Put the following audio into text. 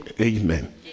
Amen